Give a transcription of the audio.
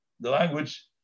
language